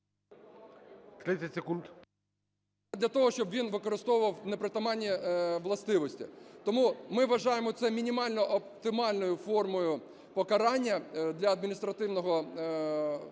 для того, щоб він використовував непритаманні властивості. Тому ми вважаємо, це мінімально оптимальною формою покарання для Адміністративного кодексу.